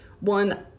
One